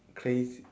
crazy